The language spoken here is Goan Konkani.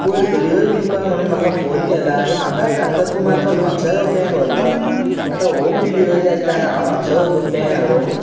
पयर डिलिवरी दिवपाक म्हुणून म्हाका फोन केला आनी म्हाकाच सांगता तूं मात्सो म्हापसा यो पॅन वोरपाक आतां होम डिलिवरी आसताना हांव म्हापसा वचूं पॅन हाडूंक